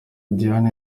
diane